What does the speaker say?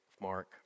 Mark